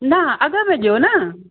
न अॻिमें ॾियो न